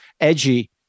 edgy